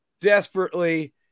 desperately